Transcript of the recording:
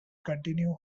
continue